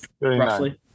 Roughly